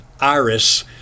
iris